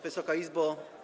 Wysoka Izbo!